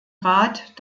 rat